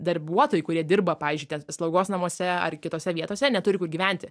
darbuotojai kurie dirba pavyzdžiui slaugos namuose ar kitose vietose neturi kur gyventi